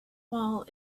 while